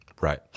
Right